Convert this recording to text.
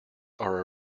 are